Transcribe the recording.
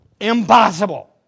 Impossible